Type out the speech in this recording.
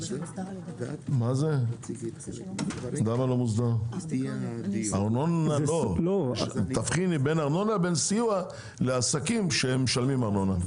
יש הבדל בין ארנונה לסיוע לעסקים שמשלמים ארנונה.